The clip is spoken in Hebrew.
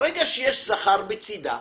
ברגע שיש שכר בצידה,